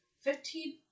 Fifteen